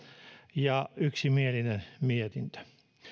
ja yksimielinen mietintö